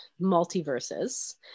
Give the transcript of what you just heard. multiverses